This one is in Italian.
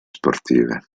sportive